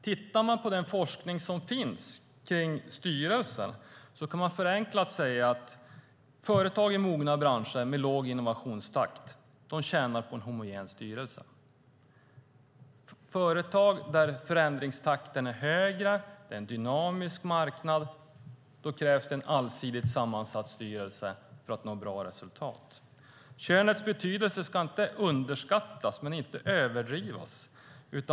Tittar man på den forskning om styrelser som finns kan man förenklat säga att företag i mogna branscher med låg innovationstakt tjänar på en homogen styrelse. I företag där förändringstakten är högre och marknaden dynamisk krävs det en allsidigt sammansatt styrelse för att nå bra resultat. Könets betydelse ska inte underskattas men inte överdrivas.